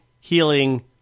healing